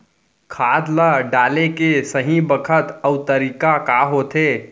खाद ल डाले के सही बखत अऊ तरीका का होथे?